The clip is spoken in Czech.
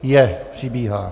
Je, přibíhá.